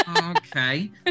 Okay